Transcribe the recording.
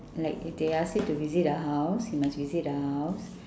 like if they ask you to visit a house you must visit a house